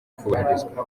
kubahirizwa